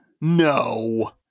No